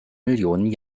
millionen